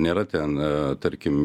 nėra ten tarkim